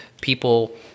people